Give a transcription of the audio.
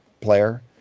player